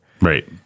Right